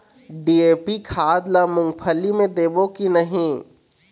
DAP खाद ला मुंगफली मे देबो की नहीं?